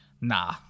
nah